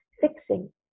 fixing